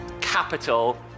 capital